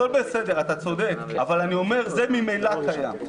גור, אתה צודק, אבל אני אומר שזה ממילא קיים.